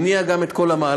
שהניעה גם את כל המהלך,